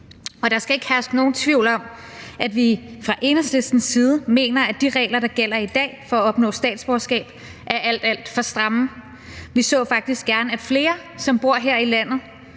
og der skal ikke herske nogen tvivl om, at vi fra Enhedslistens side mener, at de regler, der gælder i dag for at opnå statsborgerskab, er alt, alt for stramme. Vi så faktisk gerne, at flere, som bor her i landet,